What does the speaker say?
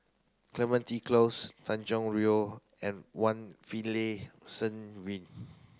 Clementi Close Tanjong Rhu and one Finlayson Green